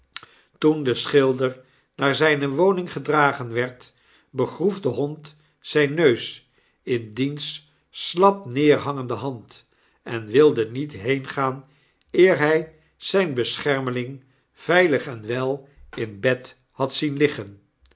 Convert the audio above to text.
toen de schilder naar zrjne woning gedragen werd begroef de hond zyn neus in diens slap nederhangende hand en wilde niet heengaan eer hy zyn beschermeling veilig en wel in bed had zien liggen